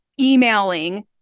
emailing